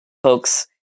Folks